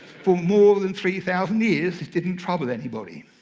for more than three thousand years, it didn't trouble anybody.